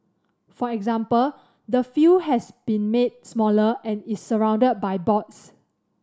for example the field has been made smaller and is surrounded by boards